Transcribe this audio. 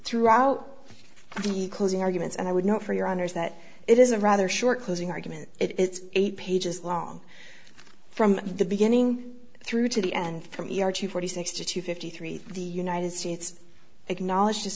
throughout the closing arguments and i would note for your honour's that it is a rather short closing argument it's eight pages long from the beginning through to the end from forty six to two fifty three the united states acknowledged this